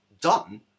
done